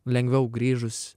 lengviau grįžus